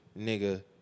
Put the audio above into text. nigga